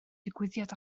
digwyddiad